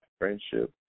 friendship